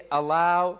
allow